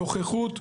נוכחות.